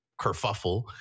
kerfuffle